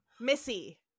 Missy